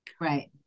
Right